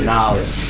Knowledge